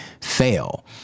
fail